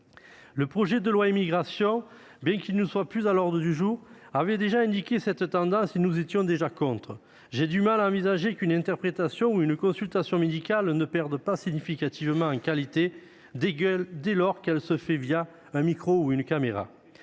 Le projet de loi consacré à l'immigration, bien qu'il ne soit plus inscrit à l'ordre du jour, allait déjà dans ce sens et nous y étions alors opposés. J'ai du mal à envisager qu'une interprétation ou une consultation médicale ne perde pas significativement en qualité dès lors qu'elle se fait un micro et une caméra.